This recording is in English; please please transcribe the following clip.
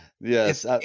Yes